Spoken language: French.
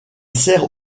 sert